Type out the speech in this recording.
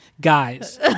Guys